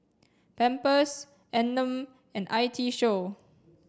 Pampers Anmum and I T Show